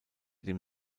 dem